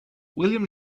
william